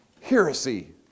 heresy